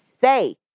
Say